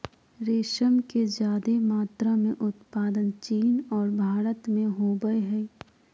रेशम के ज्यादे मात्रा में उत्पादन चीन और भारत में होबय हइ